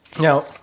Now